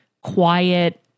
quiet